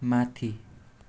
माथि